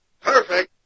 Perfect